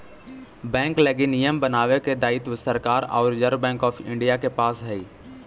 bank लगी नियम बनावे के दायित्व सरकार आउ रिजर्व बैंक ऑफ इंडिया के पास हइ